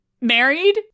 married